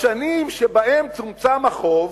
בשנים שבהן צומצם החוב